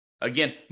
again